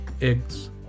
eggs